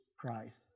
Christ